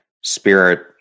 spirit